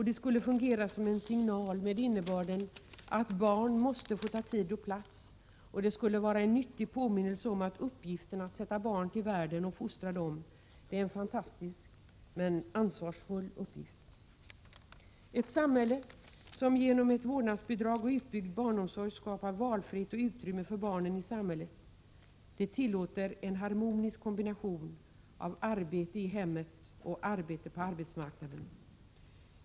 Det skulle fungera som en signal med innebörden att barn måste få ta tid och plats — en nyttig påminnelse om att uppgiften att sätta barn till världen och fostra dem är en fantastisk men ansvarsfull uppgift. Ett samhälle som genom ett vårdnadsbidrag och utbyggd barnomsorg skapar valfrihet och utrymme för barnen i samhället tillåter en harmonisk kombination av arbete i hemmet och arbete på arbetsmarknaden.